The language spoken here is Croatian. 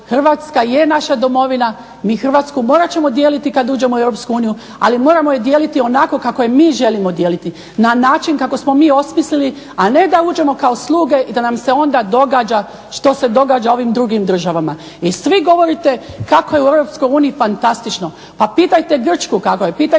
Hrvatska je naša domovina, mi Hrvatsku morat ćemo dijeliti kada uđemo u Europsku uniju ali je moramo dijeliti onako kako je mi želimo dijeliti. Na način kako smo mi osmislili a ne da uđemo kao sluge i da nam se onda događa što se događa ovim drugim državama. I svi govorite kako je u Europskoj uniji fantastično. Pitajte Grčku kako je, pitajte